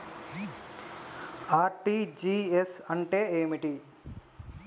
RTGS అంటే ఏమిటి?